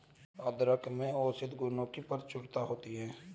अदरक में औषधीय गुणों की प्रचुरता होती है